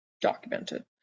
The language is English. documented